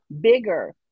bigger